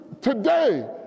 today